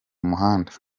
muhanda